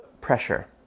pressure